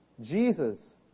Jesus